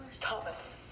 Thomas